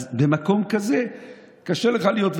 אז במקום כזה קשה לך להיות,